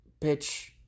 bitch